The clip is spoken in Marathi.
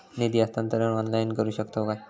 निधी हस्तांतरण ऑनलाइन करू शकतव काय?